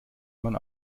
man